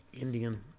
Indian